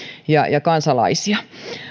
ja ja kansalaisia